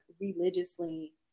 religiously